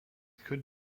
could